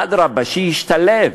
אדרבה, שישתלב,